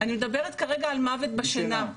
רק גברים, אני מדברת כרגע על מוות בשינה.